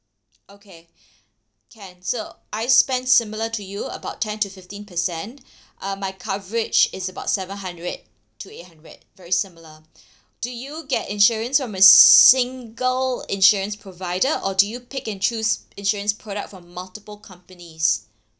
okay can so I spend similar to you about ten to fifteen percent uh my coverage is about seven hundred to eight hundred very similar do you get insurance from a single insurance provider or do you pick and choose insurance product from multiple companies